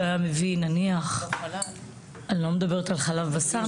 היה מביא נניח אני לא מדברת על חלב בשר,